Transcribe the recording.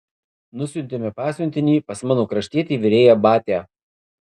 nusiuntėme pasiuntinį pas mano kraštietį virėją batią